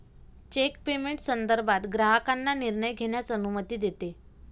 check payment संदर्भात ग्राहकांना निर्णय घेण्यास अनुमती देते